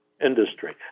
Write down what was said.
industry